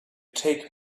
take